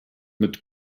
mit